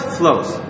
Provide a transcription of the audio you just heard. flows